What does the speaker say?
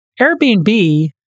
Airbnb